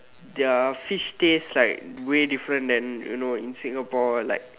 their fish taste like way different than you know in Singapore like